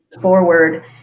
forward